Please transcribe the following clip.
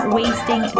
wasting